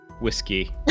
whiskey